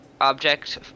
object